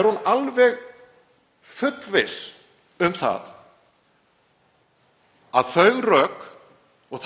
Er hún alveg fullviss um að þau rök,